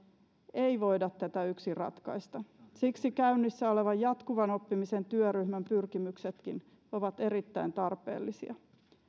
ei voida tätä yksin ratkaista siksi käynnissä olevan jatkuvan oppimisen työryhmän pyrkimyksetkin ovat erittäin tarpeellisia